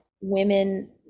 women